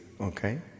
Okay